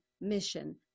mission